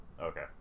Okay